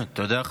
תודה.